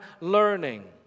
learning